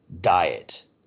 diet